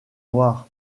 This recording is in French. noir